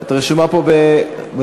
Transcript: את רשומה פה בדוברים?